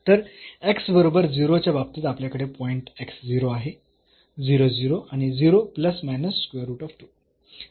तर x बरोबर 0 च्या बाबतीत आपल्याकडे पॉईंट x 0 आहे आणि 0